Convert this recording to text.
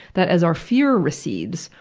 that as our fear recedes,